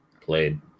played